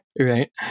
right